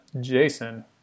Jason